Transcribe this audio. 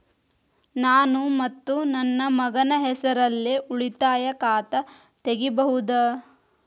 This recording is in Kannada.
ನಾನು ಮತ್ತು ನನ್ನ ಮಗನ ಹೆಸರಲ್ಲೇ ಉಳಿತಾಯ ಖಾತ ತೆಗಿಬಹುದ?